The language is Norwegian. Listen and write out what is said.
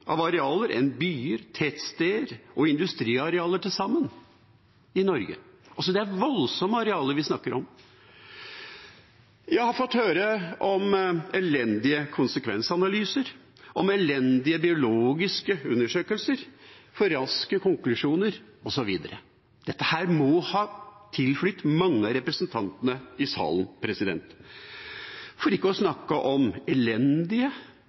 av arealer enn byer, tettsteder og industriarealer til sammen i Norge. Det er altså voldsomme arealer vi snakker om. Jeg har fått høre om elendige konsekvensanalyser, om elendige biologiske undersøkelser, om for raske konklusjoner osv. – dette må ha tilflytt mange av representantene i salen – for ikke å snakke om elendige,